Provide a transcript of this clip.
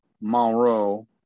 Monroe